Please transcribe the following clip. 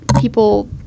people